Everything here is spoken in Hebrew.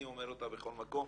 אני אומר אותה בכל מקום,